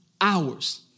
hours